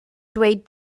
dweud